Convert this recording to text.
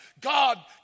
God